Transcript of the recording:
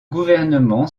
gouvernement